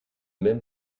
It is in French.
même